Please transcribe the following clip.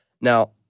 Now